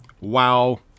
wow